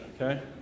Okay